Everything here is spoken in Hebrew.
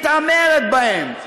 מתעמרת בהם,